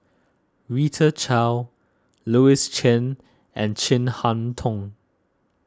Rita Chao Louis Chen and Chin Harn Tong